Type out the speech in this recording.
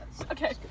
Okay